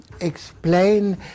explain